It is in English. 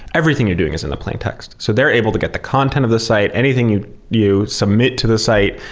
everything you're doing is in the plaintext. so they're able to get the content of the site. anything you you submit to the site.